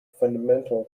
fundamental